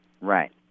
Right